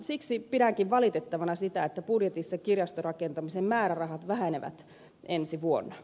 siksi pidänkin valitettavana sitä että budjetissa kirjastorakentamisen määrärahat vähenevät ensi vuonna